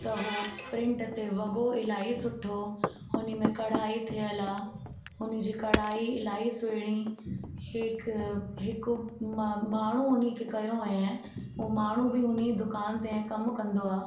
त हो प्रिंट ते वॻो इलाही सुठो हुन में कढ़ाई थियल आहे हुन जी कढ़ाई इलाही सुहिणी हेक हिकु म माण्हूं उन खे कयो ऐं हो माण्हूं बि उन दुकान ते कमु कंदो आहे